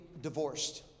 divorced